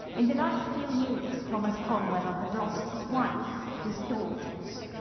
in the last few years, thomas cromwell had lost his wife, his daughters.